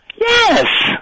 Yes